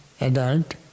adult